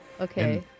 Okay